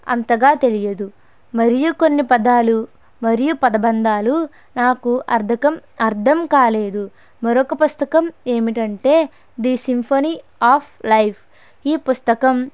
అంతగా తెలియదు మరియు కొన్ని పదాలు మరియు పదబంధాలు నాకు అర్థకం అర్థం కాలేదు మరొక పుస్తకం ఏమిటంటే ఇది సింఫనీ ఆఫ్ లైఫ్ ఈ పుస్తకం